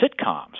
sitcoms